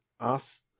ask